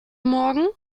morgen